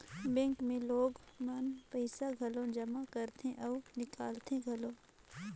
bank मे लोग मन पइसा घलो जमा करथे अउ निकालथें घलो